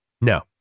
No